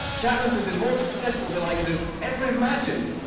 chapman's has been more successful than i could have ever imagined.